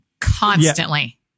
Constantly